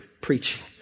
preaching